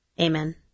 Amen